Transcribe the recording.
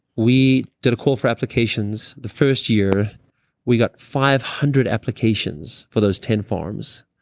we did a call for applications. the first year we got five hundred applications for those ten farms,